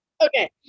Okay